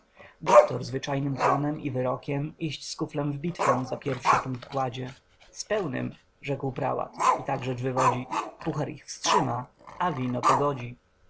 doktor zwyczajnym tonem i wyrokiem iść z kuflem w bitwę za pierwszy punkt kładzie z pełnym rzekł prałat i tak rzecz wywodzi puhar ich wstrzyma a wino pogodzi